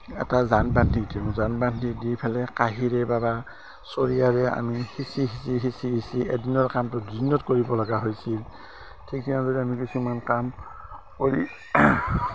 এটা যান বান্ধি দিওঁ যান বান্ধি দি পেলাই কাঁহীৰে বা চৰিয়াৰে আমি সিঁচি সিঁচি সিঁচি সিঁচি এদিনৰ কামটো দুদিনত কৰিব লগা হৈছিল ঠিক তেনেদৰে আমি কিছুমান কাম কৰি